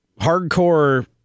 hardcore